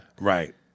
Right